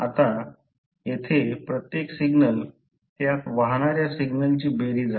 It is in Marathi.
आता येथे प्रत्येक सिग्नल त्यात वाहणाऱ्या सिग्नलची बेरीज आहे